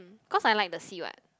cause I like the sea [what]